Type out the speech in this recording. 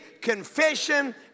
confession